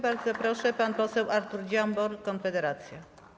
Bardzo proszę, pan poseł Artur Dziambor, Konfederacja.